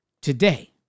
today